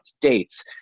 dates